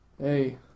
Hey